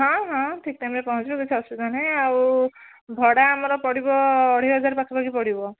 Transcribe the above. ହଁ ହଁ ଠିକ୍ ଟାଇମ୍ ରେ ପହଞ୍ଚିବ କିଛି ଅସୁବିଧା ନାହିଁ ଆଉ ଭଡ଼ା ଆମର ପଡ଼ିବ ଅଢ଼େଇ ହଜାର ପାଖାପାଖି ପଡ଼ିବ